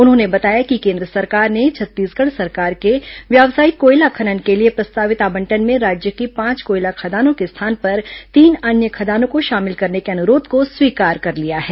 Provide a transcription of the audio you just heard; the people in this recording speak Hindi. उन्होंने बताया कि केन्द्र सरकार ने छत्तीसगढ़ सरकार के व्यावसायिक कोयला खनन के लिए प्रस्तावित आवंटन में राज्य की पांच कोयला खदानों के स्थान पर तीन अन्य खदानों को शामिल करने के अनुरोध को स्वीकार कर लिया है